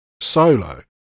solo